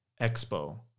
expo